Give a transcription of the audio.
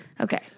Okay